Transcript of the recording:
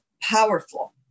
powerful